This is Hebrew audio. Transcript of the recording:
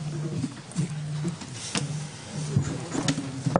הישיבה ננעלה בשעה 13:44.